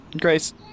Grace